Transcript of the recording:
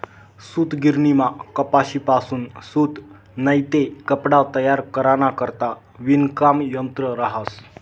सूतगिरणीमा कपाशीपासून सूत नैते कपडा तयार कराना करता विणकाम यंत्र रहास